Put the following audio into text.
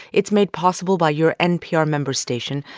it's made possible by your npr member station.